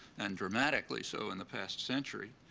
and dramatically, so in the past century,